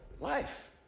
life